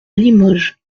limoges